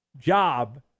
job